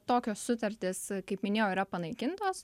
tokios sutartys kaip minėjau yra panaikintos